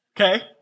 Okay